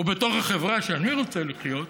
ובתוך החברה שאני רוצה לחיות בה,